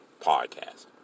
podcast